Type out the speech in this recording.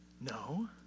No